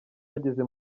bageze